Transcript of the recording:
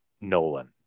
Nolan